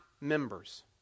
members